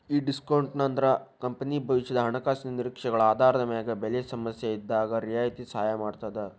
ಈ ಡಿಸ್ಕೋನ್ಟ್ ಅಂದ್ರ ಕಂಪನಿ ಭವಿಷ್ಯದ ಹಣಕಾಸಿನ ನಿರೇಕ್ಷೆಗಳ ಆಧಾರದ ಮ್ಯಾಗ ಬೆಲೆ ಸಮಸ್ಯೆಇದ್ದಾಗ್ ರಿಯಾಯಿತಿ ಸಹಾಯ ಮಾಡ್ತದ